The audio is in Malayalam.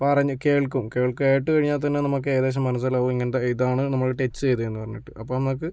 പറഞ്ഞു കേൾക്കും കേൾ കേട്ടു കഴിഞ്ഞാൽത്തന്നെ നമുക്ക് ഏകദേശം മനസ്സിലാകും ഇങ്ങനത്തെ ഇതാണ് നമ്മൾ ടച്ച് ചെയ്തതെന്നു പറഞ്ഞിട്ട് അപ്പം നമുക്ക്